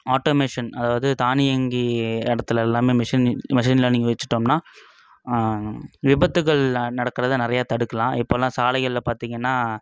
automation அதாவது தானியங்கி இடத்துல எல்லாம் மிஷின் இன் மெஷின் லேர்னிங் வைச்சுட்டோம்னா விபத்துகள் நடக்கிறத நிறையா தடுக்கலாம் இப்போல்லாம் சாலைகளில் பார்த்தீங்கன்னா